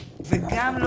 וגם,